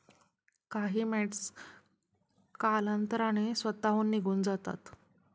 काही माइटस कालांतराने स्वतःहून निघून जातात